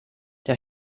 der